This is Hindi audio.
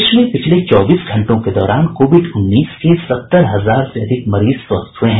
देश में पिछले चौबीस घंटों के दौरान कोविड उन्नीस के सत्तर हजार से अधिक मरीज स्वस्थ हुए हैं